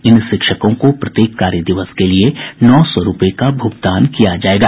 इन शिक्षकों को प्रत्येक कार्य दिवस के लिए नौ सौ रूपये का भुगतान किया जायेगा